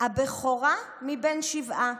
הבכורה מבין שבעה,